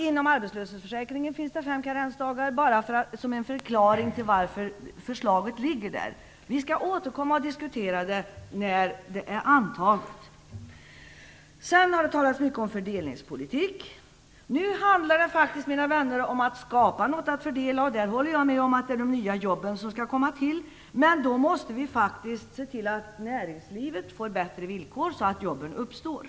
Inom arbetslöshetsförsäkringen finns det fem karensdagar, och detta vill jag säga bara som en förklaring till varför vi har lagt fram förslaget. Men jag skall återkomma och diskutera förslaget när det är antaget. Sedan har det talats mycket om fördelningspolitik. Nu handlar det, mina vänner, faktiskt om att skapa något att fördela. Där håller jag med om att det är de nya jobben som skall komma till. Men då måste vi se till att näringslivet får bättre villkor så att jobben uppstår.